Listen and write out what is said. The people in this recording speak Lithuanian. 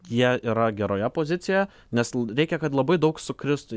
jie yra geroje pozicijoje nes reikia kad labai daug sukristų